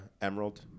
Emerald